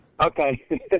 Okay